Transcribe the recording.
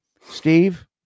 Steve